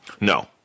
No